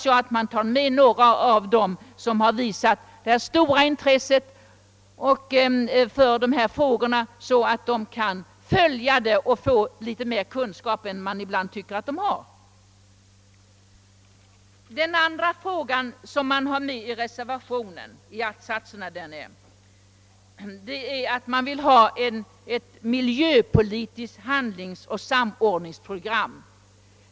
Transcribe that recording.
Jag hoppas att man då tar med dem som har visat särskilt stort intresse, så att de ytterligare kan följa frågorna och få än mera kunskap på området. Den andra frågan som berörs i reservationerna är ett miljöpolitiskt handlingsoch samordningsprogram.